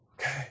Okay